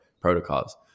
protocols